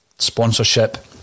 sponsorship